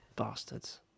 Bastards